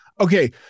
Okay